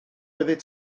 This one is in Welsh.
oeddet